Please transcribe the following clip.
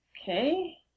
Okay